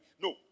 No